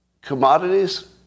Commodities